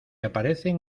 aparecen